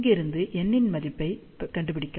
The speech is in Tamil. இங்கிருந்து n இன் மதிப்பைக் கண்டுபிடிக்கலாம்